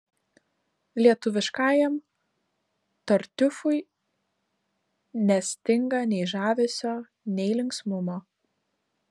lietuviškajam tartiufui nestinga nei žavesio nei linksmumo